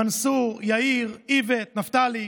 מנסור, יאיר, איווט, נפתלי,